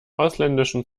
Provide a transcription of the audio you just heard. ausländischen